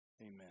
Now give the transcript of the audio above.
Amen